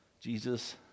Jesus